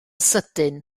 sydyn